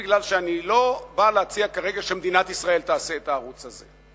כי אני לא בא להציע כרגע שמדינת ישראל תעשה את הערוץ הזה.